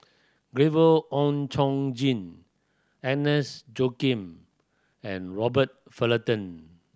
Gabriel Oon Chong Jin Agnes Joaquim and Robert Fullerton